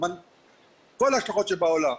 כל ההשלכות שבעולם.